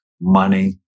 money